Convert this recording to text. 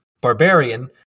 barbarian